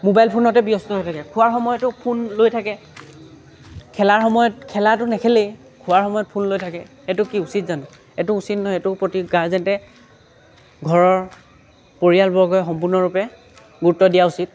mobile ফোনতে ব্যস্ত হৈ থাকে খোৱাৰ সময়তো ফোন লৈ থাকে খেলাৰ সময়ত খেলাটো নেখেলেই খোৱাৰ সময়ত ফোন লৈ থাকে এইটো কি উচিত জানো এইটো উচিত নহয় এইটো প্ৰতি গাৰ্জেনে ঘৰৰ পৰিয়ালবৰ্গই সম্পূৰ্ণৰূপে গুৰুত্ব দিয়া উচিত